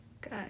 Good